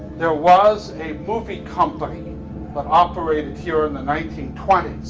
there was a movie company but operating here in the nineteen twenty